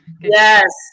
Yes